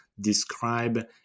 describe